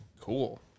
Cool